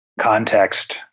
context